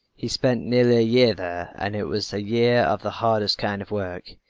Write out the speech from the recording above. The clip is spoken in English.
he spent nearly a year there and it was a year of the hardest kind of work.